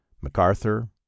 MacArthur